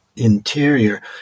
interior